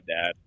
dad